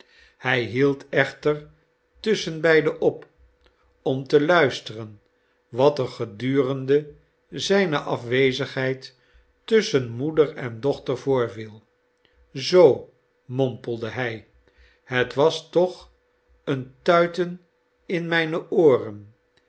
hij hield echter tusschenbeide op om te luisteren wat er gedurende zijne afwezigheid tusschen moeder en dochter voorviel zoo mompelde hij het was toch een tuiten in mijne ooren